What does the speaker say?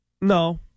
No